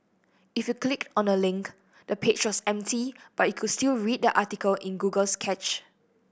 if you clicked on the link the page was empty but you could still read the article in Google's cache